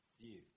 view